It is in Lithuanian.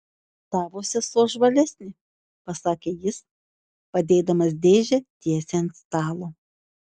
tavo sesuo žvalesnė pasakė jis padėdamas dėžę tiesiai ant stalo